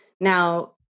Now